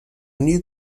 need